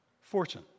Fortune